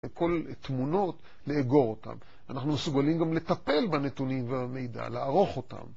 כל תמונות לאגור אותן, אנחנו מסוגלים גם לטפל בנתונים ובמידע, לערוך אותן